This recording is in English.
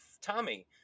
Tommy